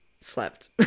slept